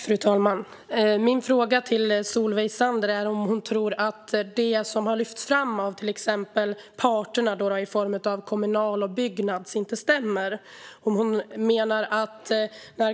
Fru talman! Min fråga till Solveig Zander är om hon tror att det som har lyfts fram av till exempel parterna Kommunal och Byggnads inte stämmer.